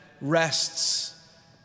rests